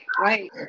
Right